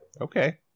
Okay